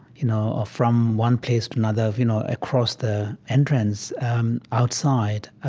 you know, ah from one place another, you know, across the entrance um outside, ah